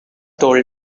told